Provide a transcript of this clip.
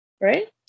Right